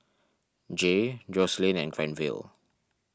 Jaye Joselin and Granville